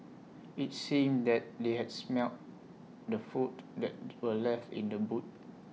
IT seemed that they had smelt the food that were left in the boot